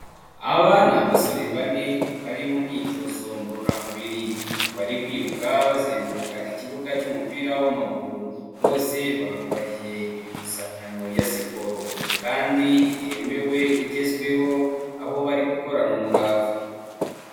Abana ni abasore bane bari mu myitozo ngororamubiri bari kwiruka bazenguruka ikibuga cy'umupira w'amaguru, bose bambaye impuzankano ya siporo kandi yemewe igezweho aho bari gukorana umurava.